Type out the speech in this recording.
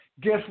guess